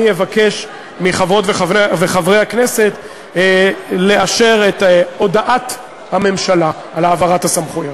אני אבקש מחברות וחברי הכנסת לאשר את הודעת הממשלה על העברת הסמכויות.